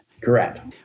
Correct